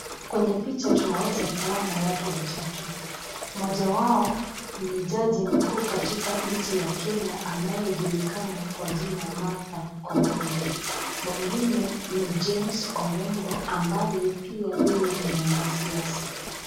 Kwenye picha tunaweza kuona watu watatu, mmoja wao ni jaji mkuu katika nchi ya Kenya anayejulikana kwa jina Martha Koome. Mwingine ni James Orengo ambaye pia yeye ni mwanasiasa.